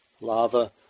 Lava